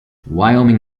wyoming